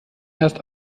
erst